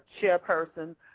chairperson